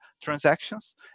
transactions